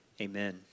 amen